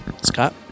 Scott